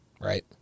right